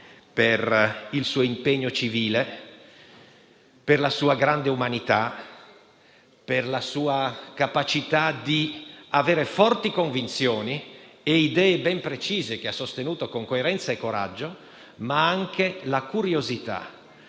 per il suo impegno civile, per la sua grande umanità, per la sua capacità di avere forti convinzioni e idee ben precise, che ha sostenuto con coerenza e coraggio, ma anche per la curiosità